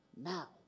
now